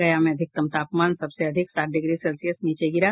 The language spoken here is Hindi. गया में अधिकतम तापमान सबसे अधिक सात डिग्री सेल्सियस नीचे गिर